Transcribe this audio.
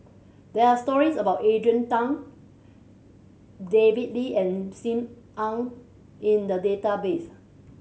there are stories about Adrian Tan David Lee and Sim Ann in the database